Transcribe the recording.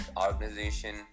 organization